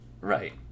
right